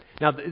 Now